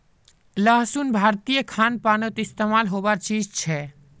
लहसुन भारतीय खान पानोत इस्तेमाल होबार चीज छे